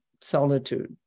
solitude